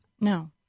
No